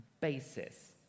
basis